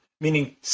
meaning